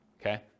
okay